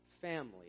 family